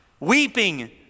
Weeping